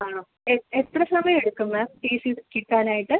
ആ എ എത്ര സമയം എടുക്കും മാം ടീ സി കിട്ടാനായിട്ട്